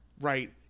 right